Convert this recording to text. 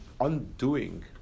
undoing